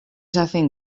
hacen